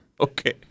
Okay